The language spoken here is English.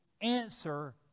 answer